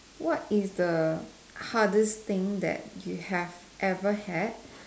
what is the hardest thing that you have ever had